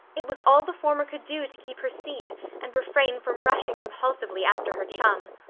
it was all the former could do to keep her seat and refrain from rushing impulsively after her chum.